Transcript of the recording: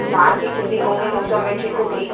धान के खेती कौना मौसम में ठीक होकी?